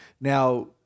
Now